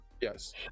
Yes